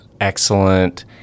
excellent